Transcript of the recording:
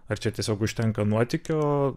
ar čia tiesiog užtenka nuotykio